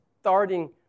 starting